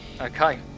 Okay